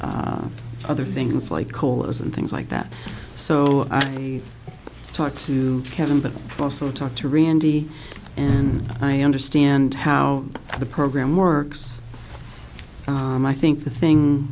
have other things like callers and things like that so i talked to kevin but also talk to randy and i understand how the program works i think the thing